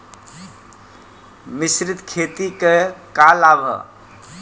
मिश्रित खेती क का लाभ ह?